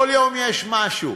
כל יום יש משהו.